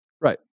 right